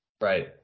Right